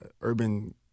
urban